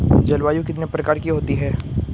जलवायु कितने प्रकार की होती हैं?